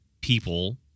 people